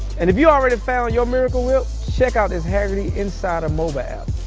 and if you've already found your miracle whip, check out this hagerty insider mobile app.